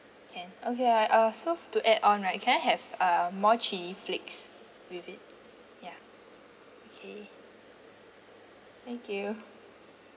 can okay I uh so to add on right can I have uh more cheese flakes with it ya okay thank you